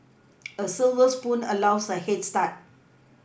a silver spoon allows a head start